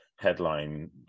headline